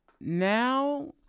Now